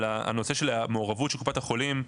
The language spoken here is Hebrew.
אבל הנושא של מעורבות קופות החולים,